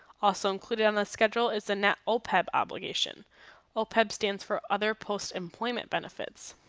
also included on the schedule is a net opeb obligation opeb stands for other post-employment benefits.